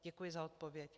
Děkuji za odpověď.